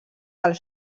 del